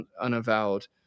unavowed